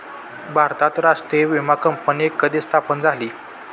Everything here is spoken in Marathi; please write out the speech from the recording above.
भारतात राष्ट्रीय विमा कंपनी कधी स्थापन झाली?